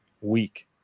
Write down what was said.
week